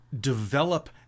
develop